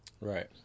Right